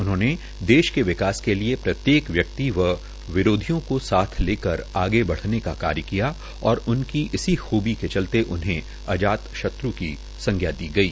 उन्होंने देश के विकास के लिए प्रत्येक व्यकित व विरोधियों को साथ् लेकर आगे बढ़ने का कार्य किया और उनकी इसी खूबी के चलते उन्हे अजात शत्र् की संज्ञा दी गई